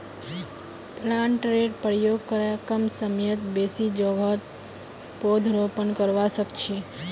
प्लांटरेर प्रयोग करे कम समयत बेसी जोगहत पौधरोपण करवा सख छी